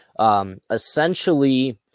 essentially